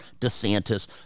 DeSantis